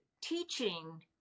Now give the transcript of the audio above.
teaching